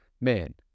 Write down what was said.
man